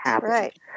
right